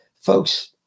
folks